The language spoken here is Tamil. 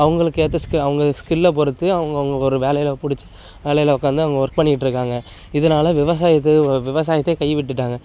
அவங்களுக்கு ஏத்த ஸ்கி அவங்க ஸ்கில்லை பொறுத்து அவங்கவுங்க ஒரு வேலையில் பிடிச்சி வேலையில் உக்காந்து அவங்க ஒர்க் பண்ணிக்கிட்டு இருக்காங்க இதனால் விவசாயத்தையே விவசாயத்தையே கை விட்டுவிட்டாங்க